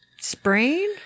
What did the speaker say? Sprain